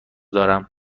دارم